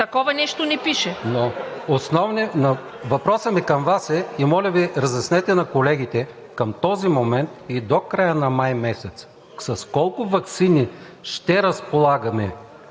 такова нещо. ДИМИТЪР БОЙЧЕВ: Въпросът ми към Вас е, и моля Ви, разяснете на колегите към този момент и до края на май месец с колко ваксини ще разполагаме